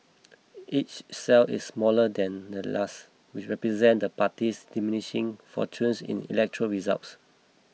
each cell is smaller than the last which represent the party's diminishing fortunes in electoral results